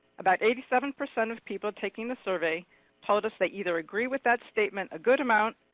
about eighty seven percent of people taking the survey told us they either agree with that statement a good amount,